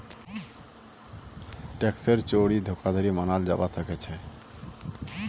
टैक्सेर चोरी धोखाधड़ी मनाल जाबा सखेछोक